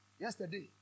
Yesterday